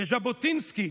ז'בוטינסקי,